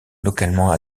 localement